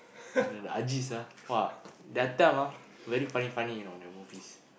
the Ajis !wah! their time ah very funny funny you know the movies